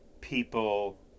people